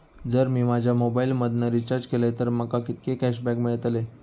जर मी माझ्या मोबाईल मधन रिचार्ज केलय तर माका कितके कॅशबॅक मेळतले?